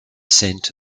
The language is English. scent